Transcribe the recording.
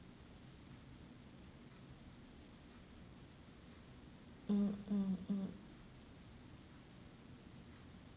mm mm mm